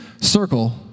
circle